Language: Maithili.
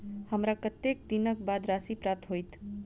हमरा कत्तेक दिनक बाद राशि प्राप्त होइत?